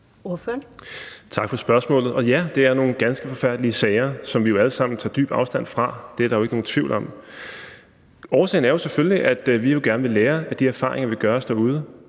(RV): Tak for spørgsmålet. Ja, det er nogle ganske forfærdelige sager, som vi alle sammen tager dyb afstand fra, det er der jo ikke nogen tvivl om. Årsagen er selvfølgelig, at vi jo gerne vil lære af de erfaringer, der gøres derude.